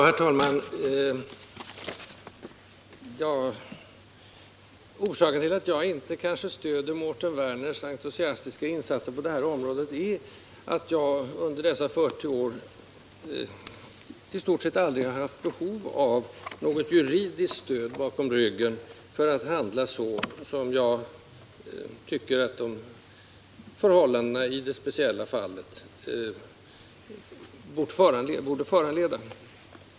Herr talman! Orsaken till att jag kanske inte stöder Mårten Werners entusiastiska insatser på det här området är att jag under nära 40 års läkargärning i stort sett inte har haft behov av något juridiskt stöd bakom ryggen för att handla så som jag tyckt att förhållandena i det speciella fallet bort föranleda.